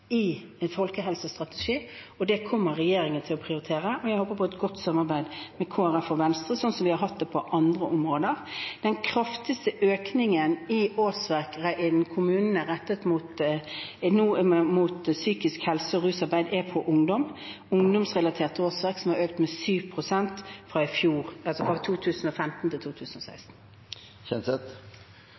i en folkehelsestrategi. Det kommer regjeringen til å prioritere, og jeg håper på et godt samarbeid med Kristelig Folkeparti og Venstre, slik vi har hatt det på andre områder. Den kraftigste økningen i antall årsverk i kommunene nå er rettet mot psykisk helse og rusarbeid blant ungdom – ungdomsrelaterte årsverk, som har økt med 7 pst. fra 2015 til 2016. Jeg takker statsministeren for svaret og for viljen til